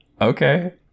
Okay